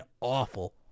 awful